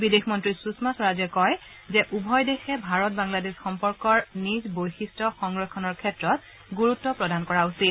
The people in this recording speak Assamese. বিদেশ মন্ত্ৰী সুষমা স্বৰাজে কয় যে উভয় দেশে ভাৰত বাংলাদেশ সম্পৰ্কৰ নিজ বৈশিষ্ট সংৰক্ষণৰ ক্ষেত্ৰত গুৰুত্ব প্ৰদান কৰা উচিত